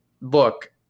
look